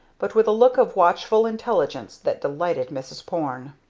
but with a look of watchful intelligence that delighted mrs. porne.